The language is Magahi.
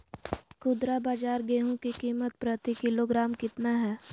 खुदरा बाजार गेंहू की कीमत प्रति किलोग्राम कितना है?